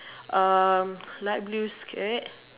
um light blue skirt